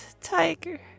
tiger